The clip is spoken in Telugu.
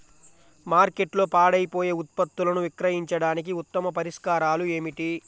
మార్కెట్లో పాడైపోయే ఉత్పత్తులను విక్రయించడానికి ఉత్తమ పరిష్కారాలు ఏమిటి?